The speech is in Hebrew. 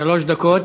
שלוש דקות.